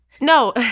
No